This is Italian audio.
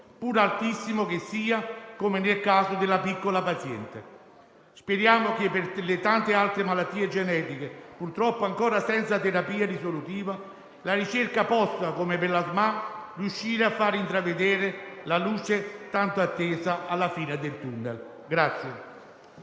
pur altissimo che sia, come nel caso della piccola paziente. Speriamo che per le tante altre malattie genetiche, purtroppo ancora senza terapia risolutiva, la ricerca possa riuscire, come per la SMA, a far intravedere la luce tanto attesa alla fine del *tunnel*.